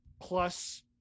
plus